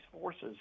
forces